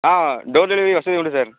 door delivery வசதி உண்டு sir